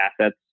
assets